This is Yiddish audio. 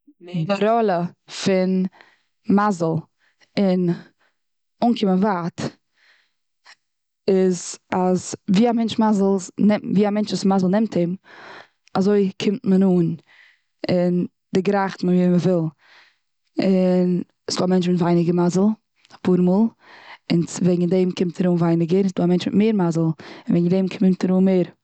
די ראלע פון מזל און אנקומען ווייט. איז אז ווי א מענטשס מזל, ווי א מענטשס מזל נעמט אים אזוי קומט מען אן, און דערגרייכט מען ווי מ'וויל. און, ס'דא מענטש מיט ווייניגער מזל, אפאר מאל וועגן דעם קומט ער אן ווייניגער. און ס'דא א מענטש מיט מער מזל וועגן דעם קומט ער אן מער.